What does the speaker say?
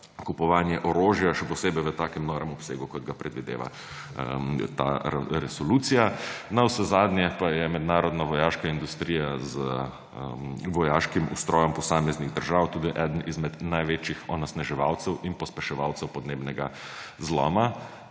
kupovanje orožja, še posebej v takem norem obsegu, kot ga predvideva ta resolucija. Navsezadnje pa je mednarodna vojaška industrija z vojaškim ustrojem posameznih držav tudi eden izmed največjih onesnaževalcev in pospeševalcev podnebnega zloma,